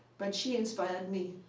but she inspired me.